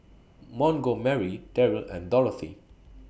Montgomery Deryl and Dorothy